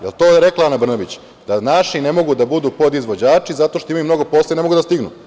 Jel to rekla Ana Brnabić, da naši ne mogu da budu podizvođači zato što imaju mnogo posla i ne mogu da stignu?